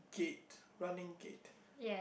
gate running gate